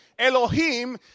Elohim